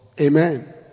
Amen